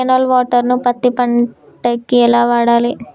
Canal water ను పత్తి పంట కి ఎలా వాడాలి?